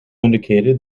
indicated